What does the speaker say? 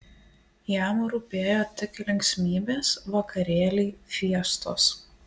jam rūpėjo tik linksmybės vakarėliai fiestos